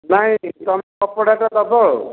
ନାହିଁ ତୁମେ କପଡ଼ାଟା ଦେବ ଆଉ